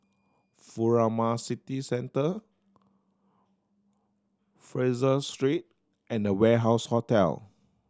Furama City Centre Fraser Street and The Warehouse Hotel